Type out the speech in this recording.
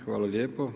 Hvala lijepo.